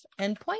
endpoint